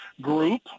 group